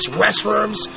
restrooms